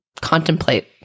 contemplate